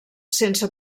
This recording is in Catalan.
sense